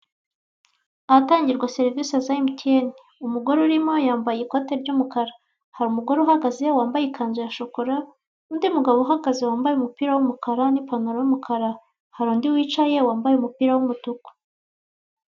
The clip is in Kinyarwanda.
Ahatangirwa serivise za emutiyene, umugore urimo yambaye ikote ry'umukara, hari umugore uhagaze wambaye ikanzu ya shokora, undi mugabo uhagaze wambaye umupira w'umukara n'ipantaro y'umukara hari undi wicaye wambaye umupira w'umutuku.